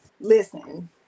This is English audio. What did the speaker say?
listen